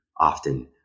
often